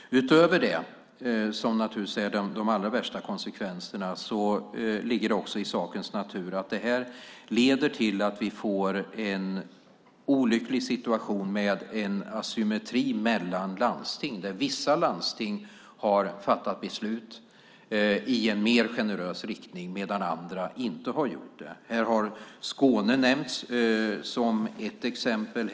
Utöver det, som naturligtvis är de allra värsta konsekvenserna, ligger det också i sakens natur att detta leder till att vi får en olycklig situation med en asymmetri mellan landsting, där vissa landsting har fattat beslut i en mer generös riktning medan andra inte har gjort det. Här har Skåne nämnts som ett exempel.